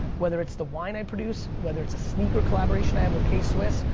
whether it's the wine i produce, whether it's a sneaker collaboration i have with k-swiss,